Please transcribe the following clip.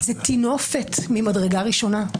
זה טינופת ממדרגה ראשונה.